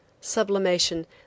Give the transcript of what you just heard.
sublimation